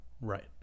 Right